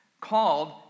called